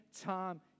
time